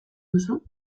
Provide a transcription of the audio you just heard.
duzu